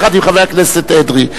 יחד עם חבר הכנסת אדרי,